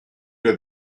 into